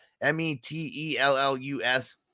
m-e-t-e-l-l-u-s